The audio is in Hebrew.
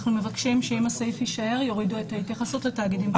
אנחנו מבקשים שאם הסעיף יישאר יורידו את ההתייחסות לתאגידים ציבוריים.